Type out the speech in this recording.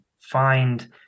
find